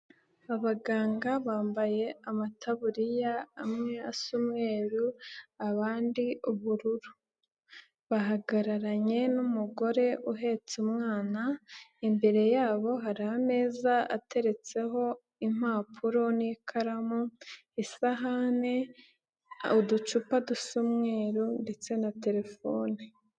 Abaganga bambaye amataburiya amwe asa umweruru abandi ubururu bahagararanye n'umugore uhetse umwana, imbere yabo hari ameza ateretseho impapuro n'ikaramu, isahane, uducupa dusa umweru ndetse na telefone.